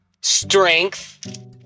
Strength